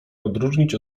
odróżnić